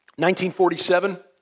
1947